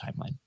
timeline